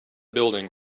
building